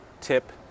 tip